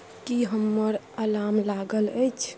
की हमर अलार्म लागल अछि